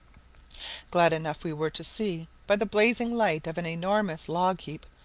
glad enough we were to see, by the blazing light of an enormous log heap,